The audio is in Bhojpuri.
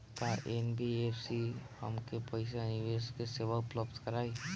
का एन.बी.एफ.सी हमके पईसा निवेश के सेवा उपलब्ध कराई?